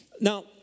Now